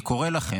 אני קורא לכם.